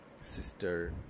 Sister